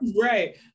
Right